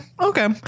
okay